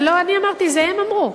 זה לא אני אמרתי, זה הם אמרו.